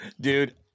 Dude